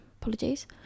apologies